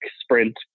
Sprint